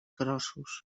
grossos